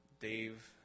Dave